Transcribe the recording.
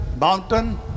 mountain